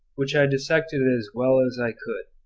which i dissected as well as i could.